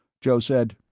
joe said,